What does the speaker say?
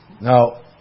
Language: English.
Now